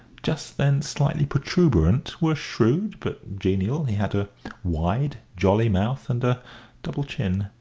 just then slightly protuberant, were shrewd, but genial he had a wide, jolly mouth and a double chin.